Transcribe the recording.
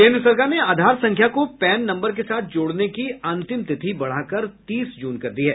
केन्द्र सरकार ने आधार संख्या को पैन नम्बर के साथ जोड़ने की अंतिम तिथि बढ़ाकर तीस जून कर दी है